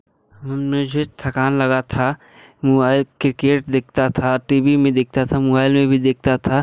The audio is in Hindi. मुझे थकान लगा था मोबाईल क्रिकेट देखता था टी वी में देखता था मोबाईल में भी देखता था